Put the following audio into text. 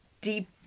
deep